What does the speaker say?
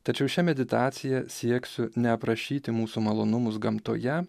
tačiau šia meditacija sieksiu neaprašyti mūsų malonumus gamtoje